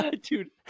dude